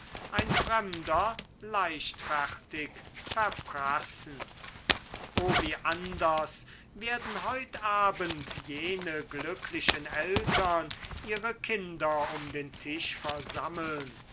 ein fremder leichtfertig verprassen o wie anders werden heute abend jene glücklichen eltern ihre kinder um den tisch versammeln